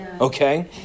Okay